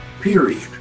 period